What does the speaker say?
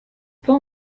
pas